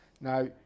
Now